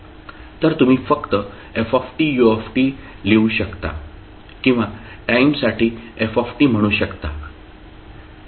तर तुम्ही फक्त f u लिहू शकता किंवा टाईमसाठी f म्हणू शकता t 0 पेक्षा जास्त किंवा समान